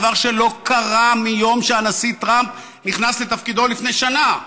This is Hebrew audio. דבר שלא קרה מיום שהנשיא טראמפ נכנס לתפקידו לפני שנה.